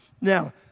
Now